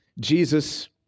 Jesus